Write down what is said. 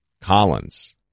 Collins